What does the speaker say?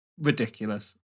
ridiculous